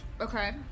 Okay